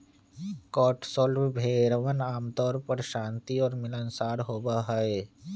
Cotswold भेड़वन आमतौर पर शांत और मिलनसार होबा हई